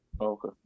Okay